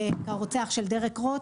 הרוצח של דרק רוט,